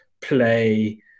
play